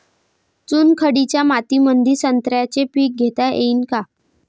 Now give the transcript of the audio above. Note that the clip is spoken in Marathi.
चुनखडीच्या मातीमंदी संत्र्याचे पीक घेता येईन का?